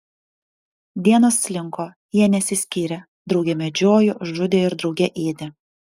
dienos slinko jie nesiskyrė drauge medžiojo žudė ir drauge ėdė